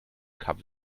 kap